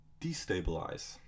destabilize